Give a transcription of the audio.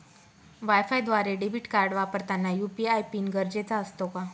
वायफायद्वारे debit card वापरताना UPI PIN गरजेचा असतो का?